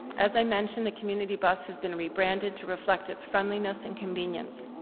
as i mentioned the community bus has been rebranded to reflect its friendliness and convenience.